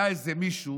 היה איזה מישהו